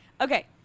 Okay